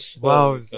Wow